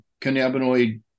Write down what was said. cannabinoid